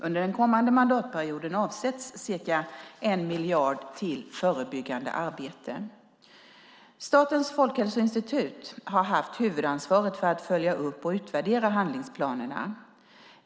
Under den kommande mandatperioden avsätts ca 1 miljard kronor till förebyggande arbete. Statens folkhälsoinstitut har haft huvudansvaret för att följa upp och utvärdera handlingsplanerna.